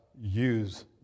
use